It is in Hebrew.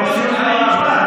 נחמן,